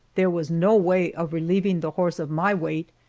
there was no way of relieving the horse of my weight,